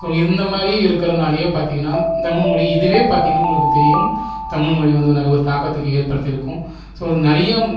so இந்த மாதிரி இருக்கிறதுனாலயே பார்த்தீங்கனா தமிழ்மொழி இதுவே பார்த்தீங்கனா உங்களுக்கு தெரியும் தமிழ்மொழி வந்து ஒரு தாக்கத்துக்கு ஏற்படுத்தியிருக்கும் ஸோ இது நிறைய